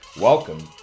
Welcome